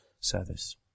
service